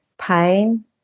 pain